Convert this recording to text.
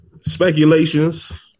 Speculations